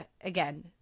Again